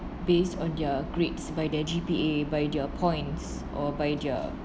based on their grades by their G_P_A by their points or by their